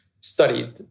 studied